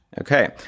Okay